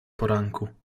poranku